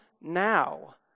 now